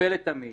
נקבל את המידע,